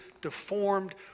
deformed